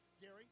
Gary